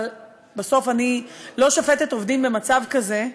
אבל בסוף אני לא שופטת עובדים במצב כזה.